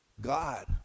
God